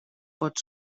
pot